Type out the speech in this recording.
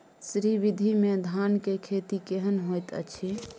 श्री विधी में धान के खेती केहन होयत अछि?